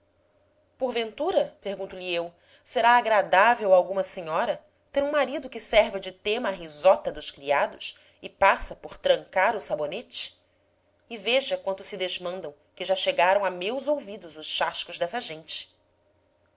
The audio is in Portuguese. a pé porventura pergunto lhe eu será agradável a alguma senhora ter um marido que serve de tema à risota dos criados e passa por trancar o sabonete e veja quanto se desmandam que já chegaram a meus ouvidos os chascos dessa gente